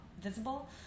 visible